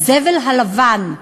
הזבל הלבן.